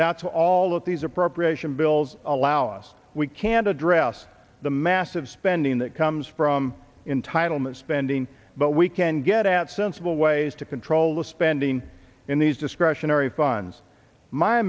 what all of these appropriation bills allow us we can address the massive spending that comes from in title meant spending but we can get at sensible ways to control the spending in these discretionary funds my